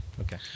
Okay